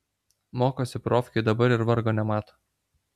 mokosi profkėj dabar ir vargo nemato